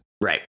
Right